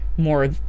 more